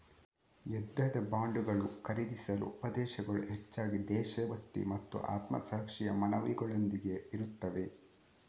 ಯುದ್ಧದ ಬಾಂಡುಗಳನ್ನು ಖರೀದಿಸಲು ಉಪದೇಶಗಳು ಹೆಚ್ಚಾಗಿ ದೇಶಭಕ್ತಿ ಮತ್ತು ಆತ್ಮಸಾಕ್ಷಿಯ ಮನವಿಗಳೊಂದಿಗೆ ಇರುತ್ತವೆ